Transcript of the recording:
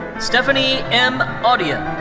stephanie m. audeon.